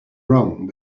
wrong